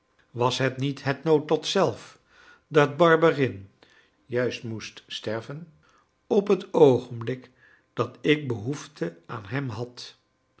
was het niet het noodlot zelf dat barberin juist moest sterven op het oogenblik dat ik behoefte aan hem had